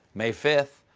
may five,